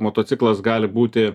motociklas gali būti